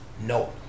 no